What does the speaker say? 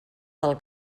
del